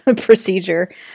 procedure